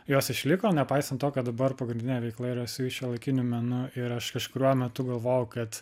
jos išliko nepaisant to kad dabar pagrindinė veikla yra su šiuolaikiniu menu ir aš kažkuriuo metu galvojau kad